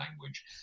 language